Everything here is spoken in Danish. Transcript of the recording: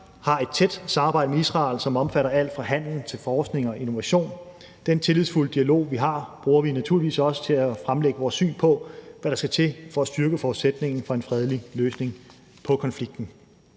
har et tæt samarbejde med Israel, som omfatter alt fra handel til forskning og innovation. Den tillidsfulde dialog, vi har, bruger vi naturligvis også til at fremlægge vores syn på, hvad der skal til for at styrke forudsætningen for en fredelig løsning på konflikten.